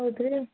ಹೌದು ರೀ